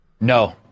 No